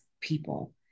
people